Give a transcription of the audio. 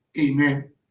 amen